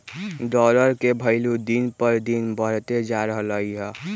dollar के भइलु दिन पर दिन बढ़इते जा रहलई ह